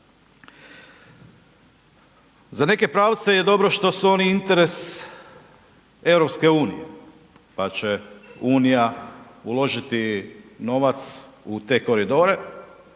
Za neke pravce je dobro što su oni interes EU, pa će unija uložiti novac u te koridore,